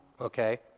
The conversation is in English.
Okay